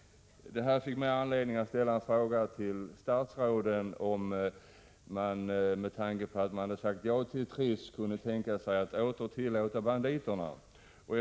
Det här gav mig anledning att ställa en fråga till det ansvariga statsrådet om man — med tanke på att man hade sagt ja till Trisslotteriet — kunde tänka sig att åter tillåta de enarmade banditerna.